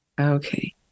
Okay